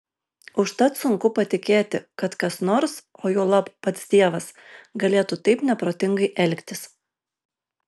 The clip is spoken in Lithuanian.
užtat sunku patikėti kad kas nors o juolab pats dievas galėtų taip neprotingai elgtis